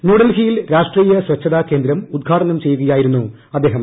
ന്യൂഡൽഹിയിൽ രാഷ്ട്രീയ സ്വച്ഛതാ കേന്ദ്രം ഉദ്ഘാടനം ചെയ്യുകയായിരുന്നു അദ്ദേഹം